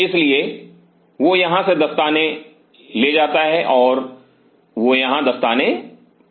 इसलिए वह यहाँ से दस्ताने ले जाता है और वह यहाँ दस्ताने पहनता है